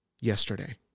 yesterday